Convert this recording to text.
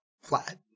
flat